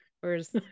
Whereas